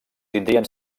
tindrien